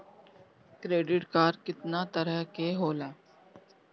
Credit card कितना तरह के होला?